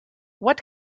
what